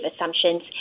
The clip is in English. assumptions